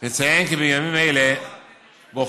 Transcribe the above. נציין כי בימים אלה בוחנת